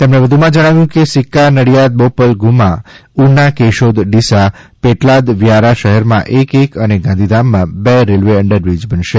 તેમણે વધુમાં જણાવ્યું હતું કે સિક્કા નડિયાદ બોપલ ઘુમા ઉના કેશોદ ડીસા પેટલાદવ્યારા શહેરમાં એક એક અને ગાંધીધામમાં બે રેલ્વે અંડરબ્રીજ બનશે